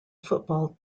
football